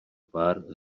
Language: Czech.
pár